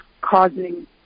causing